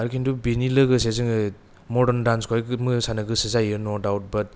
आर खिन्थु बेनि लोगोसे जोङो मदार्न दान्सखौहाय मोसानो गोसो जायो नथ दाउट बाथ